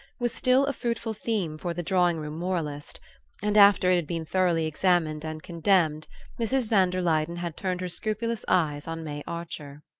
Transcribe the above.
was still a fruitful theme for the drawing-room moralist and after it had been thoroughly examined and condemned mrs. van der luyden had turned her scrupulous eyes on may archer.